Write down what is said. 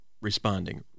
responding